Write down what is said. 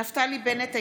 אינו נוכח נפתלי בנט,